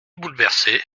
bouleversé